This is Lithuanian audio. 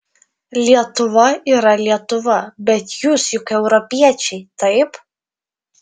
lietuva yra lietuva bet jūs juk europiečiai taip